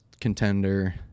contender